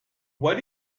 what